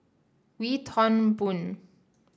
Wee Toon Boon